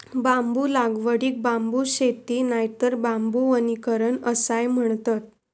बांबू लागवडीक बांबू शेती नायतर बांबू वनीकरण असाय म्हणतत